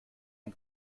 ein